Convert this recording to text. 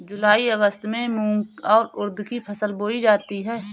जूलाई अगस्त में मूंग और उर्द की फसल बोई जाती है